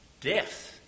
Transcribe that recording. Death